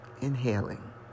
inhaling